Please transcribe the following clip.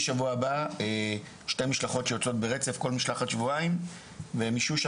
יש שיח בין משרדי הממשלה